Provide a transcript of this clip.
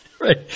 Right